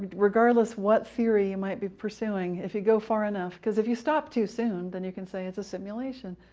regardless what theory you might be pursuing, if you go far enough. because if you stop too soon, then you can say it's a simulation,